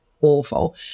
awful